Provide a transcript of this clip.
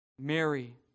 Mary